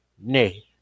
Nay